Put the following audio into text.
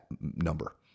number